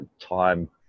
time